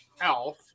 Elf